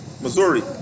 Missouri